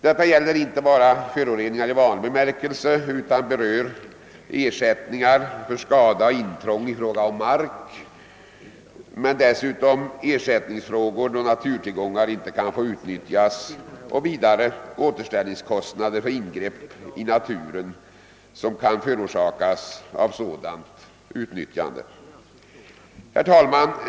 Detta gäller inte bara undvikande av föroreningar i vanlig bemärkelse utan även ersättningar för skada och intrång i fråga om mark, ersättningsfrågor då naturtillgångar inte kan utnyttjas samt återställningskostnader för skador som åstadkommits i naturen. Herr talman!